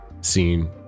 scene